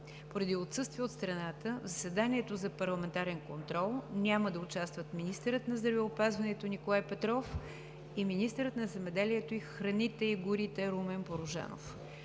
Поради отсъствие от страната, в заседанието за парламентарен контрол няма да участват министърът на здравеопазването Николай Петров и министърът на земеделието, храните и горите Румен Порожанов.